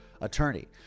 attorney